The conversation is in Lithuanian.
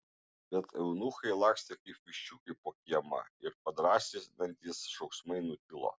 bet eunuchai lakstė kaip viščiukai po kiemą ir padrąsinantys šauksmai nutilo